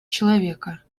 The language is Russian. человека